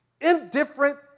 indifferent